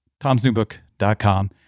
tomsnewbook.com